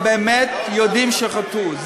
באמת יודעים שחטאו.